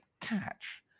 catch